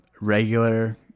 regular